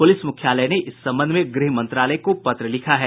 police मुख्यालय ने इस संबंध में गृह मंत्रालय को पत्र लिखा है